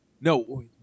no